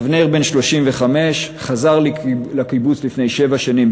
אבנר בן 35. הוא חזר לקיבוץ לפני שבע שנים,